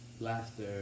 laughter